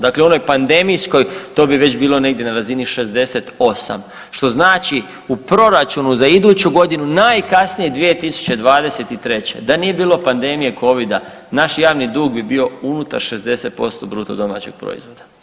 Dakle, u onoj pandemijskoj to bi već bilo na razini 68 što znači u proračunu za iduću godinu najkasnije 2023. da nije bilo pandemije Covida naš javni dug bi bio unutar 60% bruto domaćeg proizvoda.